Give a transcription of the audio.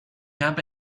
habe